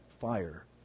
fire